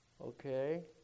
okay